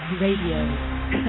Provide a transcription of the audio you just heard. radio